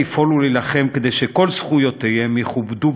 לפעול ולהילחם שכל זכויותיהם יכובדו,